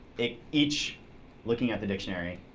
it each looking at the dictionary